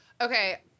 Okay